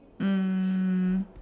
um